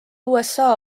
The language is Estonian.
usa